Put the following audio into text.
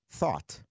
thought